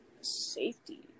Safety